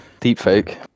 Deepfake